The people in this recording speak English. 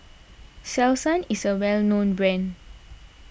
Selsun is a well known brand